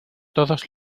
todos